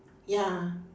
ya